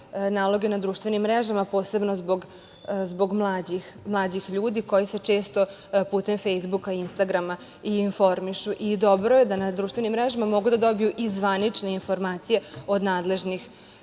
naloge na društvenim mrežama posebno zbog mlađih ljudi koji se često putem Fejsbuka, Instagrama i informišu, i dobro je da na društvenim mrežama mogu da dobiju i zvanične informacije od nadležnih